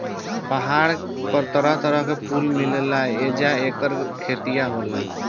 पहाड़ पर तरह तरह के फूल मिलेला आ ऐजा ऐकर खेतियो होला